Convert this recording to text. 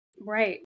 Right